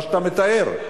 מה שאתה מתאר.